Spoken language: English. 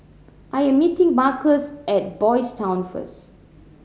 I am meeting Marcus at Boys' Town first